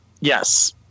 Yes